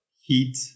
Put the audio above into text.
heat